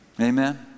Amen